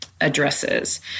addresses